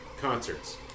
Concerts